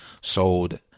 sold